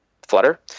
Flutter